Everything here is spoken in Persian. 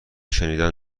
شنیدن